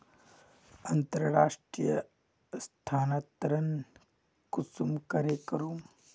अंतर्राष्टीय स्थानंतरण कुंसम करे करूम?